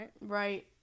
right